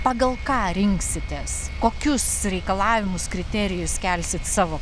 pagal ką rinksitės kokius reikalavimus kriterijus kelsit savo